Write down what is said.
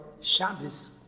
Shabbos